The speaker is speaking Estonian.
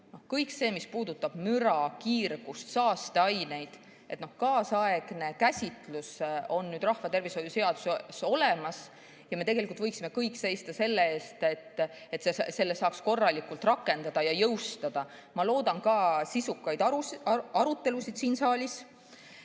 kõik see, mis puudutab müra, kiirgust, saasteaineid – kaasaegne käsitlus on rahvatervishoiu seaduses olemas ja me võiksime kõik seista selle eest, et seda saaks korralikult rakendada ja jõustada. Ma loodan ka sisukaid arutelusid siin saalis.